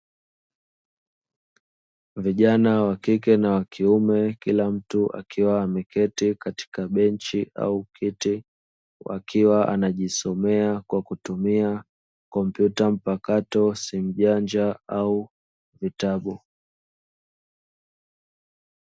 Vijana wakike na wakiume Kila mtu akiwa ameketi katika benchi au kiti, wakiwa wanajisomea kwa kutumia kompyuta mpkakato, simu janja au vitabu.